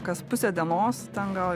kas pusę dienos ten gal